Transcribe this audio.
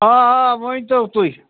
آ آ ؤنۍتو تُہۍ